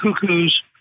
cuckoos